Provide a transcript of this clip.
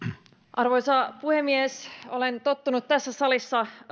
arvoisa puhemies olen tottunut tässä salissa